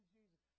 Jesus